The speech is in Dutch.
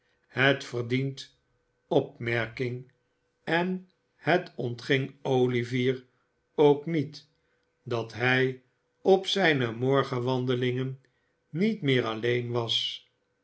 het verdient opmerking en het ontging olivier ook niet dat hij op zijne morgenwandelingen niet meer alleen was